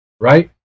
right